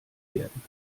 werden